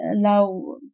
allow